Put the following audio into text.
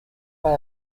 bei